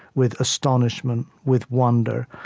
with astonishment, with wonder,